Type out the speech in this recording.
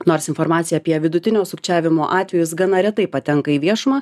nors informaciją apie vidutinio sukčiavimo atvejus gana retai patenka į viešumą